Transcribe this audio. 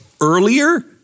earlier